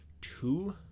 two